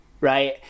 right